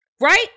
Right